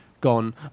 Gone